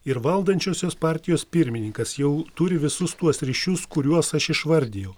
ir valdančiosios partijos pirmininkas jau turi visus tuos ryšius kuriuos aš išvardijau